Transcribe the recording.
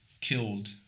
killed